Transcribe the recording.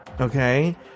okay